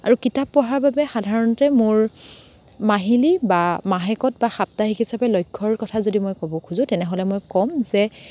আৰু কিতাপ পঢ়াৰ বাবে সাধৰণতে মোৰ মাহিলী বা মাহেকত বা সাপ্তাহিক হিচাপে লক্ষ্যৰ কথা যদি মই ক'ব খোজোঁ তেনেহ'লে মই ক'ম যে